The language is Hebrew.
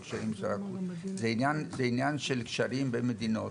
זה עניין של קשרים בין מדינות,